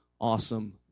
awesome